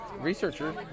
researcher